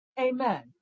amen